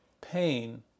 pain